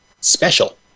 special